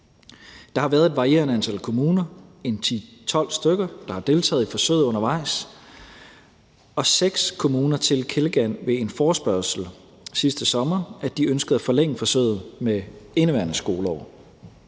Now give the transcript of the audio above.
Der har været et varierende antal kommuner, 10-12 stykker, der har deltaget i forsøget undervejs, og 6 kommuner tilkendegav ved en forespørgsel sidste sommer, at de ønskede at forlænge forsøget med indeværende skoleår.